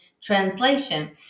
translation